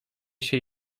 się